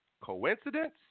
coincidence